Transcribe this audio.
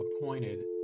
appointed